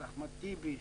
של אחמד טיבי,